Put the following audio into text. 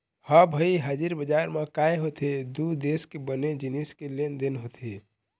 ह भई हाजिर बजार म काय होथे दू देश के बने जिनिस के लेन देन होथे